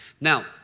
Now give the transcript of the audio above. Now